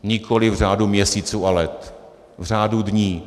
Nikoliv v řádu měsíců, ale řádu dní.